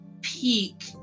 peak